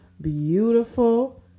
beautiful